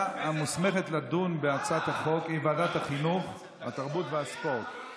27 בעד, אין